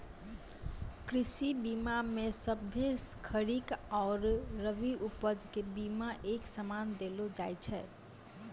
कृषि बीमा मे सभ्भे खरीक आरु रवि उपज के बिमा एक समान देलो जाय छै